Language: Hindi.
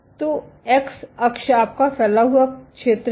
तो एक्स अक्ष आपका फैला हुआ क्षेत्र है